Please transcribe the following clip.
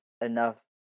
enough